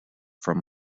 from